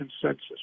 Consensus